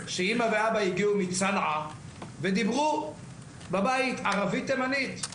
שאמא ואבא הגיעו מצנעא ודיברו בבית ערבית תימנית.